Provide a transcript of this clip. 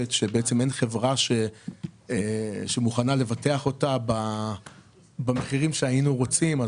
כאשר אין חברה שמוכנה לבטח אותה במחירים שהיינו רוצים.